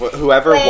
whoever